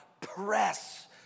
press